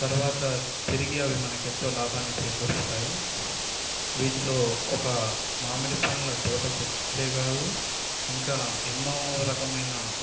తర్వాత తిరిగి అవి మనకి ఎంతో లాభాన్ని చేకూరుస్తాయి వీటిలో ఒక మామిడి పండ్ల తోట చెట్లే కాదు ఇంకా ఎన్నో రకమైన